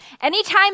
Anytime